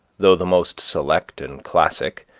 though the most select and classic,